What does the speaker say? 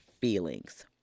feelings